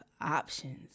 options